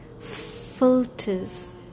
filters